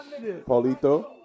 Paulito